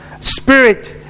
spirit